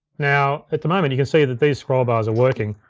now at the moment, you can see that these scroll bars are working.